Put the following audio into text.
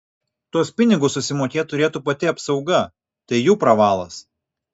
tuos pinigus susimokėt turėtų pati apsauga tai jų pravalas